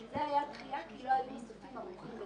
הייתה דחייה כי הגופים בשוק לא היו ערוכים.